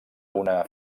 una